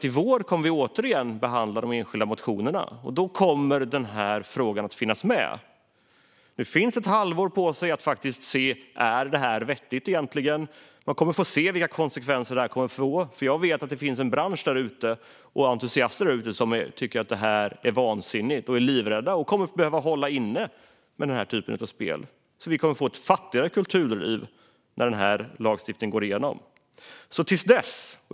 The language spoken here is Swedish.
I vår kommer vi återigen att behandla de enskilda motionerna. Då kommer den här frågan att finnas med. Nu har man ett halvår på sig att se: Är det vettigt egentligen? Man kommer att få se vilka konsekvenser det kommer att få. Jag vet att det finns en bransch och entusiaster därute som tycker att det är vansinnigt. De är livrädda och kommer att behöva hålla inne med den här typen av spel. Vi kommer att få ett fattigare kulturliv när lagstiftningen går igenom.